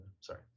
sorry